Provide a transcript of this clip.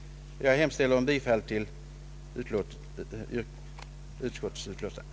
Herr talman! Jag yrkar bifall till utskottets hemställan.